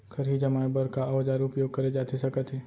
खरही जमाए बर का औजार उपयोग करे जाथे सकत हे?